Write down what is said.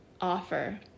offer